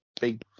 big